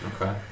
Okay